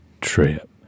trip